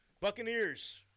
Buccaneers